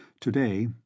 Today